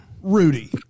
Rudy